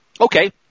Okay